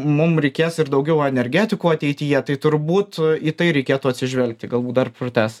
mum reikės ir daugiau energetikų ateityje tai turbūt į tai reikėtų atsižvelgti galbūt dar pratęs